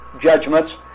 judgments